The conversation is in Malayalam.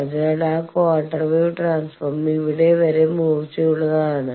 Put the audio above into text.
അതിനാൽ ആ ക്വാർട്ടർ വേവ് ട്രാൻസ്ഫോർമർ ഇവിടെ വളരെ മൂർച്ചയുള്ളതാണ് ആണ്